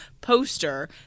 poster